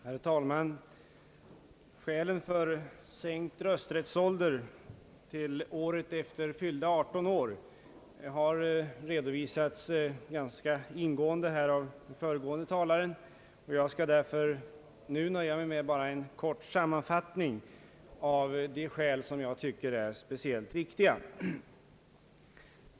Herr talman! Skälen för sänkt rösträttsålder till året efter fyllda 18 år har redovisats ganska ingående av föregående talare. Jag skall därför nöja mig med en kort sammanfattning av de skäl som jag tycker är speciellt viktiga.